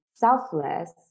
selfless